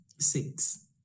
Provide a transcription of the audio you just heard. Six